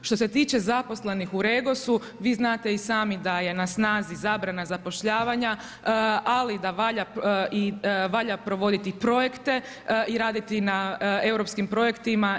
Što se tiče zaposlenih u REGOS-u vi znate i sami da je na snazi zabrana zapošljavanja, ali da valja provoditi i projekte i raditi na europskim projektima.